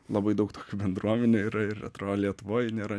labai daug tokių bendruomenių yra ir atrodo lietuvoj nėra